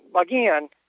again